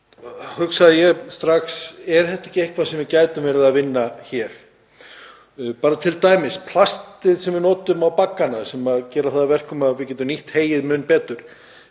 hugsaði ég strax: Er þetta ekki eitthvað sem við gætum verið að vinna hér? Til dæmis plastið sem við notum á baggana sem gera það að verkum að við getum nýtt heyið mun betur